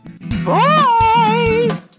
bye